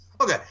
Okay